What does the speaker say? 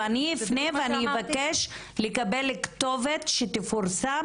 אני אפנה ואני אבקש לקבל כתובת שתפורסם